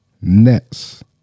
Nets